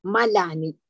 Malani